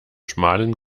schmalen